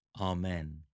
Amen